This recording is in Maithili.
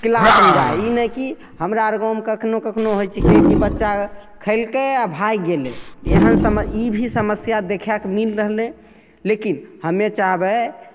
किलासमे जाइ ई नहि कि हमरा आओर गाममे कखनहु कखनहु हइ छिकै कि बच्चा खएलकै आओर भागि गेलै एहन समय ई भी समस्या देखैके मिलि रहलै लेकिन हमे चाहबै